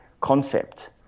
concept